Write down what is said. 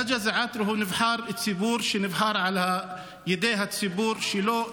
רג'א זעאתרה הוא נבחר ציבור שנבחר על ידי הציבור שלו.